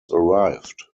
arrived